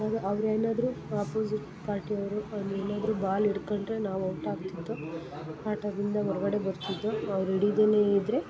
ಅವ್ರು ಏನಾದರು ಅಪೋಸಿಟ್ ಪಾರ್ಟಿಯವರು ಅವ್ರು ಏನಾದರು ಬಾಲ್ ಇಡ್ಕಂಡ್ರೆ ನಾವು ಔಟ್ ಆಗ್ತಿತ್ತು ಆಟದಿಂದ ಹೊರ್ಗಡೆ ಬರ್ತಿದ್ವು ಅವ್ರು ಹಿಡಿದೆನೆ ಇದ್ದರೆ